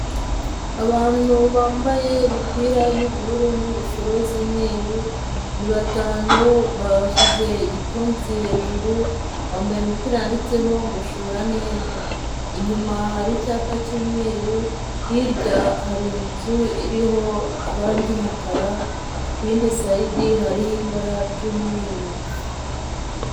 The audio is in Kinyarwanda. Abantu bambaye imipira y'ubururu n'ingofero z'umweru ni batanu bashyize igipfunsi hejuru, bambaye imipira yanditseho ngo shora neza, inyuma hari icyapa cy'umweru, hirya hari inzu iriho ibara ry'umukara, ku yindi sayidi hariho ibara ry'umweru.